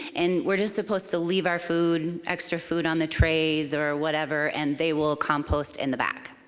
and we're just supposed to leave our food, extra food, on the trays or whatever, and they will compost in the back.